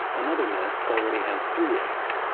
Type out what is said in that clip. another nest already has three eggs.